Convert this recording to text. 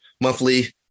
monthly